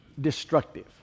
destructive